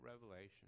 revelation